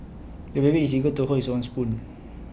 the baby is eager to hold his own spoon